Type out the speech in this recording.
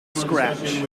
scratch